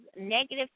negative